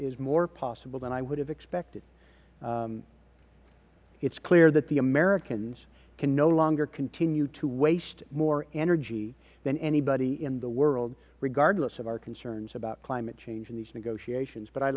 is more possible than i would have expected it is clear that the americans can no longer continue to waste more energy than anybody in the world regardless of our concerns about climate change and the negotiations